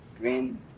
green